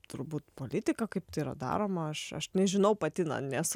turbūt politika kaip tai yra daroma aš aš nežinau pati na nesu